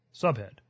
Subhead